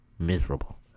Miserable